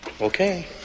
Okay